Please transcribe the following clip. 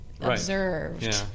observed